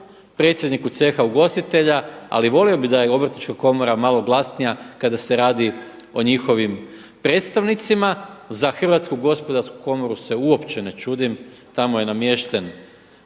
predsjedniku Ceha ugostitelja ali volio bih da je Obrtnička komora malo glasnija kada se radi o njihovim predstavnicima. Za Hrvatsku gospodarsku komoru se uopće ne čudim, tamo je namješten